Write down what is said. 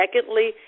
Secondly